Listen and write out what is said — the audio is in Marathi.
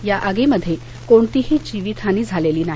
या आगींमध्ये कोणतीही जीवित हानी झालेली नाही